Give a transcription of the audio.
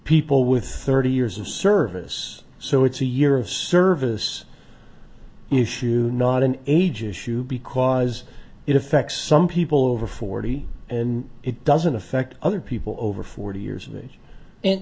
people with thirty years of service so it's a year of service issue not an age issue because it affects some people over forty and it doesn't affect other people over forty years of age and